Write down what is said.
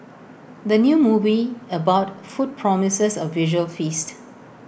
the new movie about food promises A visual feast